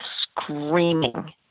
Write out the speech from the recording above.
screaming